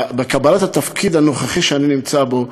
בקבלת התפקיד הזה שאני נמצא בו,